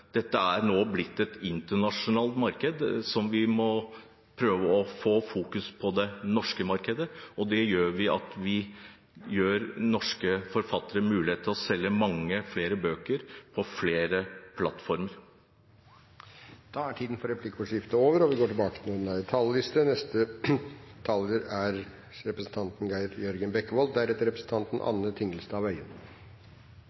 dette nå er blitt et internasjonalt marked: Vi må prøve å få fokus på det norske markedet, og det gjør vi ved at vi gir norske forfattere mulighet til å selge mange flere bøker på flere plattformer. Replikkordskiftet er over. Omsetning av bøker er et marked, men reguleringen av dette markedet er mer enn næringspolitikk. Det er